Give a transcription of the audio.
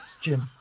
Jim